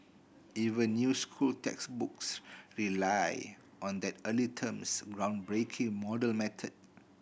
even new school textbooks rely on that early team's groundbreaking model method